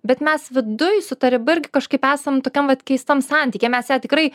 bet mes viduj su ta riba irgi kažkaip esam tokiam vat keistam santykyje mes ją tikrai